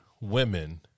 women –